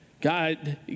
God